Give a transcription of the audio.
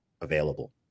available